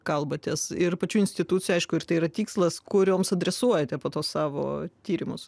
kalbatės ir pačių institucijų aišku ir tai yra tikslas kurioms adresuojate po to savo tyrimus